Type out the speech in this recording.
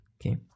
okay